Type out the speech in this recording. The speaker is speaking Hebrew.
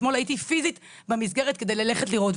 אתמול הייתי פיזית במסגרת כדי ללכת לראות.